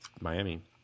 Miami